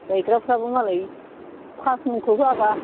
गायग्राफ्राबो मालाय पासमनखौ होआबा